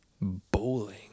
Bowling